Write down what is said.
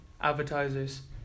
advertisers